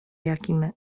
jakim